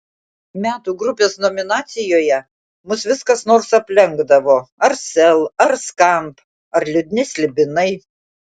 metų grupės nominacijoje mus vis kas nors aplenkdavo ar sel ar skamp ar liūdni slibinai